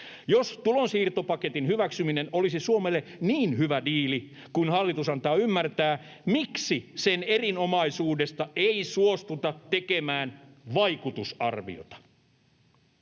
Jos tulonsiirtopaketin hyväksyminen olisi Suomelle niin hyvä diili kuin hallitus antaa ymmärtää, miksi sen erinomaisuudesta ei suostuta tekemään vaikutusarviota?